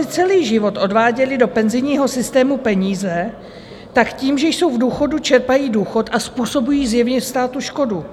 Důchodci celý život odváděli do penzijního systému peníze, tak tím, že jsou v důchodu, čerpají důchod, způsobují zjevně státu škodu.